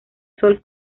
sol